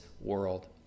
world